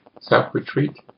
self-retreat